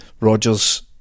Rogers